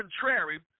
contrary